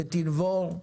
שתנבור,